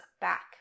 back